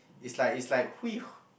it's like it's like